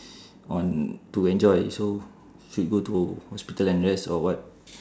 on to enjoy so should go to hospital and rest or what